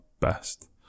best